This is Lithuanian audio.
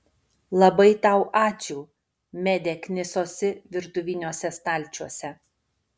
labai tau ačiū medė knisosi virtuviniuose stalčiuose